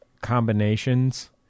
combinations